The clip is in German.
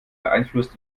beeinflusst